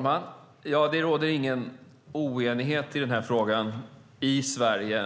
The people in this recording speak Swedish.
Fru talman! Det råder ingen oenighet i denna fråga i Sverige.